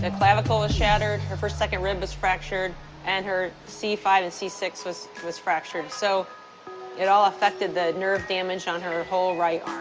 and clavicle was shattered, her first-second rib was fractured and her c five and c six was was fractured. so it all affected the nerve damage on her her whole right